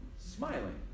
Smiling